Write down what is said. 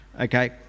Okay